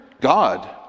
God